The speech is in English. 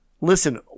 Listen